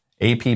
AP